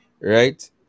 right